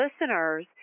listeners